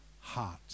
heart